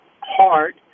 hard